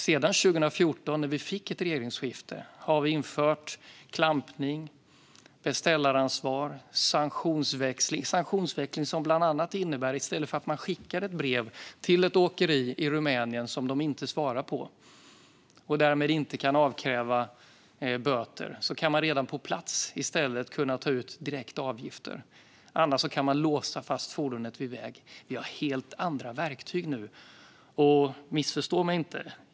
Sedan 2014 när vi fick ett regeringsskifte har vi infört klampning, beställaransvar och sanktionsväxling. Sanktionsväxling innebär bland annat att i stället för att man skickar ett brev till ett åkeri i Rumänien - som de inte svarar på, vilket gör att man därmed inte kan avkräva böter - kan man redan på plats ta ut direkta avgifter. Annars kan man låsa fast fordonet vid vägen. Vi har helt andra verktyg nu. Missförstå mig inte.